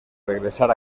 regresar